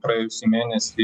praėjusį mėnesį